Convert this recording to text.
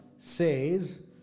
Says